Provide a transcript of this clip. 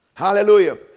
Hallelujah